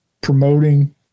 promoting